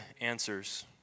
answers